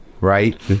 right